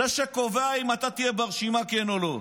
זה שקובע אם אתה תהיה ברשימה, כן או לא.